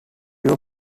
your